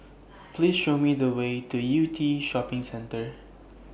Please Show Me The Way to Yew Tee Shopping Centre